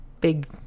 big